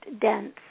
dense